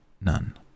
None